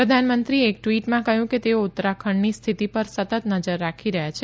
પ્રધાનમંત્રીએ એક ટ્વીટમાં કહ્યું કે તેઓ ઉત્તરાખંડની સ્થિતિ પર સતત નજર રાખી રહ્યા છે